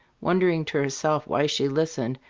wondering to herself why she listened,